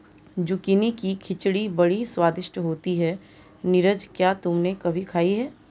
Zucchini की खिचड़ी बड़ी स्वादिष्ट होती है नीरज क्या तुमने कभी खाई है?